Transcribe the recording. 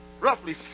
Roughly